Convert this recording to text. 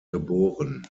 geboren